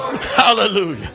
Hallelujah